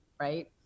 right